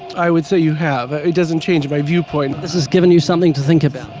i would say you have. it doesn't change my viewpoint. this has given you something to think about.